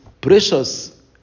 Precious